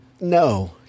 no